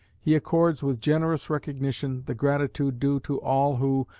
he accords with generous recognition the gratitude due to all who,